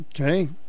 Okay